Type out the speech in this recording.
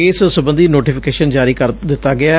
ਇਸ ਸਬੰਧੀ ਨੋਟੀਫੀਕੇਸ਼ਨ ਜਾਰੀ ਕਰ ਦਿੱਤਾ ਗਿਐ